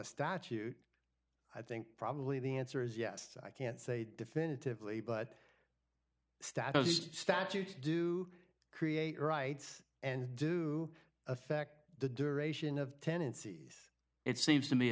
a statute i think probably the answer is yes i can't say definitively but status statute do create rights and do affect the duration of tenancies it seems to me